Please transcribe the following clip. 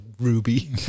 Ruby